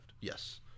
Yes